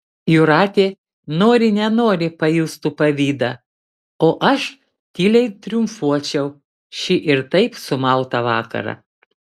jūratė nori nenori pajustų pavydą o aš tyliai triumfuočiau šį ir taip sumautą vakarą